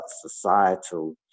societal